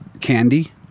candy